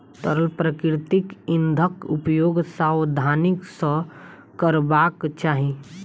तरल प्राकृतिक इंधनक उपयोग सावधानी सॅ करबाक चाही